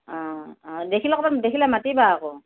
অ অ দেখিলে ক'ৰবাত দেখিলে মাতিবা আকৌ